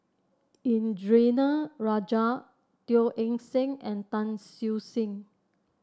Indranee Rajah Teo Eng Seng and Tan Siew Sin